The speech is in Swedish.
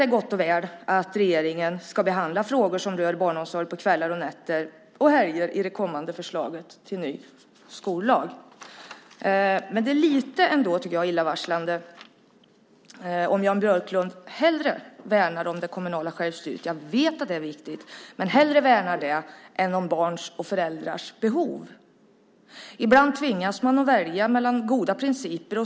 Det är gott och väl att regeringen ska behandla frågor som rör barnomsorg på kvällar, nätter och helger i det kommande förslaget till ny skollag. Ändå tycker jag att det är lite illavarslande om Jan Björklund hellre värnar om det kommunala självstyret - jag vet att det är viktigt - än om barns och föräldrars behov. Ibland tvingas man att välja mellan goda principer.